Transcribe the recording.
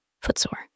foot-sore